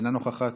אינו נוכח,